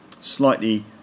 slightly